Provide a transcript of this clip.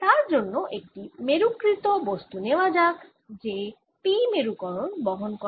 তার জন্য একটি মেরুকৃত বস্তু নেওয়া যাক যে P মেরুকরণ বহন করে